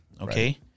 Okay